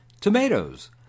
Tomatoes